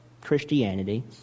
Christianity